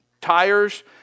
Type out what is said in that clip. tires